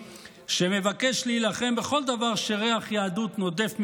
שמבקש להילחם בכל דבר שריח יהדות נודף ממנו,